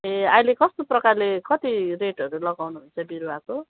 ए अहिले कस्तो प्रकारले कति रेटहरू लगाउनुहुन्छ बिरुवाको